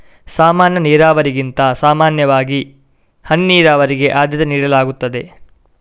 ಸಾಮಾನ್ಯ ನೀರಾವರಿಗಿಂತ ಸಾಮಾನ್ಯವಾಗಿ ಹನಿ ನೀರಾವರಿಗೆ ಆದ್ಯತೆ ನೀಡಲಾಗ್ತದೆ